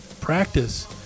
practice